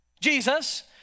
Jesus